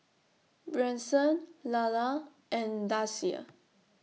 Branson Lalla and Dasia